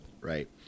Right